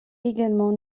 également